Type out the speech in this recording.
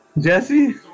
Jesse